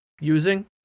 using